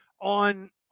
on